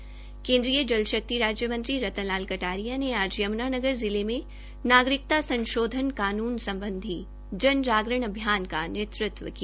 केन्द्रीय जल शक्ति राज्य मंत्री रतन लाल कटारिया ने आज यमुनानगर जिले में नागरिकता संशोधन कानून संबंधी जन जागरण अभियान का नेतृत्व किया